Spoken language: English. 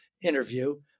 interview